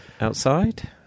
outside